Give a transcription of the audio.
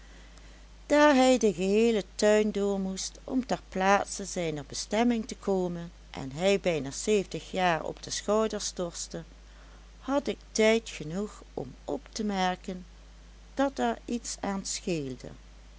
daar hij den geheelen tuin doormoest om ter plaatse zijner bestemming te komen en hij bijna zeventig jaar op de schouders torste had ik tijd genoeg om op te merken dat er iets aan scheelde